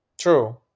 True